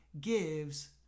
gives